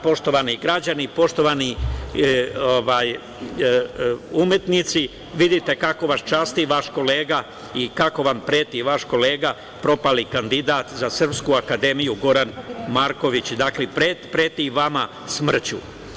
Poštovani građani, poštovani umetnici, vidite kako vas časti vaš kolega i kako vam preti vaš kolega, propali kandidat za Srpsku akademiju, Goran Marković, dakle preti vama smrću.